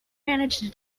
manage